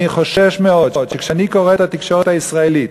אני חושש מאוד כשאני קורא את התקשורת הישראלית,